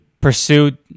pursued